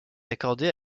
accordé